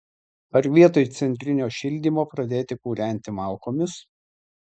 ar vietoj centrinio šildymo pradėti kūrenti malkomis